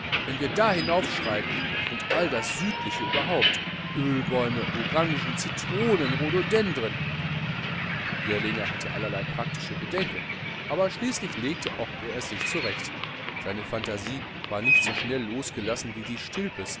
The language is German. wenn wir da hinaufschreiten und alles das südliche überhaupt ölbäume orangen citronen rhododendren girlinger hatte allerlei praktische bedenken aber schließlich legte auch er es sich zurecht seine phantasie war nicht so schnell losgelassen wie die stilpes